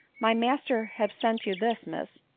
my master have sent you this, miss,